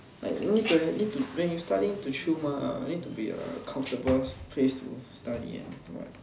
like need to need to when you study need to chill mah need to be a comfortable place to study and what